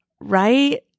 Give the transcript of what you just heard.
right